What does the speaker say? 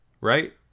Right